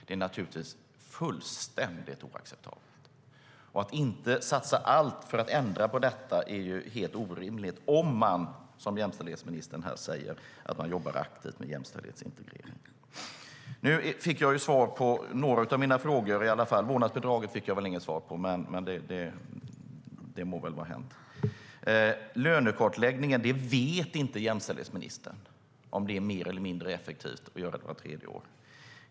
Det är naturligtvis fullständigt oacceptabelt. Att inte satsa allt för att ändra på detta är helt orimligt, om man, som jämställdhetsministern säger här, jobbar aktivt med jämställdhetsintegrering. Nu fick jag svar på några av mina frågor i alla fall. Beträffande vårdnadsbidraget fick jag väl inget svar, men det må väl vara hänt. I fråga om lönekartläggning vet inte jämställdhetsministern om det är mer eller mindre effektivt att göra detta vart tredje år.